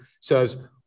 says